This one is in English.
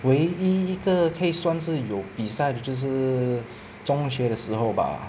唯一一个可以算是有比赛的就是中学的时候吧